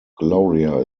gloria